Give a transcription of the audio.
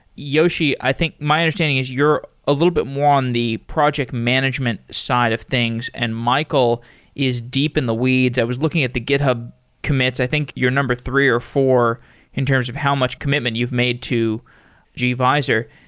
yoshi, i think my understanding is you're a little bit more on the project management side of things, and michael is deep in the weeds. i was looking at the github commits. i think you're number three or four in terms of how much commitment you've made to gvisor.